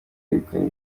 yegukanye